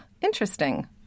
interesting